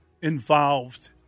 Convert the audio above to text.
Involved